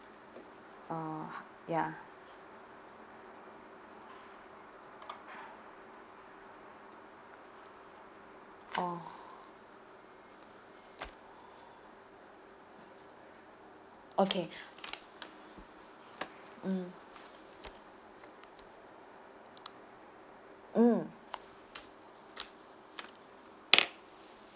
uh ya oh okay mm mm